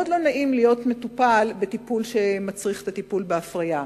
מאוד לא נעים להיות מטופל בטיפול שמצריך הפריה.